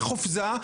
בחופזה,